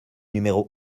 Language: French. numéro